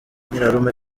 nyirarume